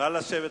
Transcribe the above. נא לשבת.